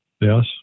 Yes